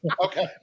Okay